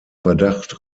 verdacht